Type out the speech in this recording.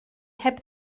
heb